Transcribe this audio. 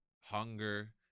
hunger